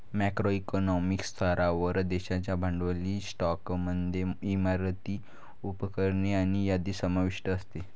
macro economic स्तरावर, देशाच्या भांडवली स्टॉकमध्ये इमारती, उपकरणे आणि यादी समाविष्ट असते